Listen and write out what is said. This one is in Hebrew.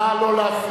נא לא להפריע.